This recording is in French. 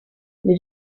les